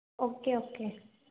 okay okay